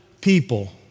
people